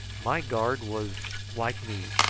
my guard was, like me,